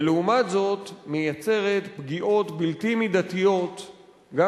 ולעומת זאת מייצרת פגיעות בלתי מידתיות גם